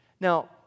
Now